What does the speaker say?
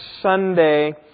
Sunday